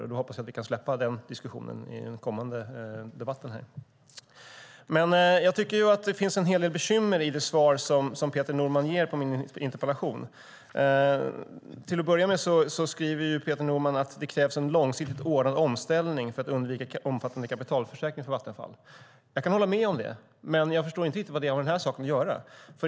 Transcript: Jag hoppas att vi kan släppa den diskussionen i den kommande debatten. Jag tycker att det finns en hel del bekymmer i det svar Peter Norman ger på min interpellation. Till att börja med skriver Peter Norman att det krävs en långsiktig ordnad omställning för att undvika omfattande kapitalförstöring för Vattenfall. Jag kan hålla med om det, men jag förstår inte riktigt vad det har med den här saken att göra.